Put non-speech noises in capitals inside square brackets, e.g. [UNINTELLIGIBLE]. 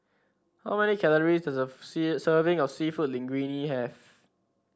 how many calories does a [UNINTELLIGIBLE] serving of seafood Linguine have